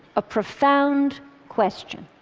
a profound question.